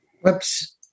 Whoops